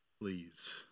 Please